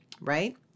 right